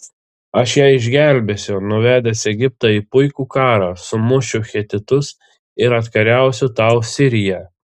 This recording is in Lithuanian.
aš ją išgelbėsiu nuvedęs egiptą į puikų karą sumušiu hetitus ir atkariausiu tau siriją